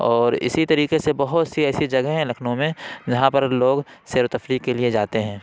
اور اسی طریقے سے بہت سی ایسی جگہیں ہیں لکھنؤ میں جہاں پر لوگ سیر و تفریح کے لیے جاتے ہیں